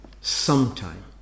Sometime